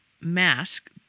mask